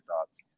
thoughts